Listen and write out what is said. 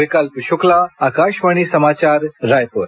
विकल्प शुक्ला आकाशवाणी समाचार रायपुर